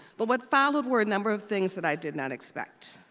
but what followed were a number of things that i did not expect.